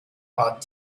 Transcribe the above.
art